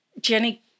Jenny